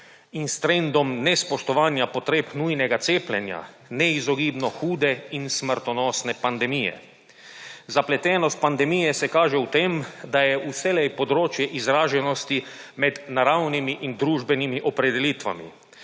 in s trendom nespoštovanja potreb nujnega cepljenja, neizogibno hude in smrtonosne pandemije. Zapletenost pandemije se kaže v tem, da je vselej področje izraženosti med naravnimi in družbenimi opredelitvami.